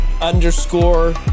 underscore